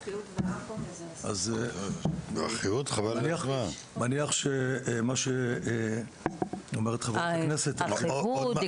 אני מניח שמה שאומרת חברת הכנסת --- אחיהוד,